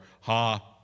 ha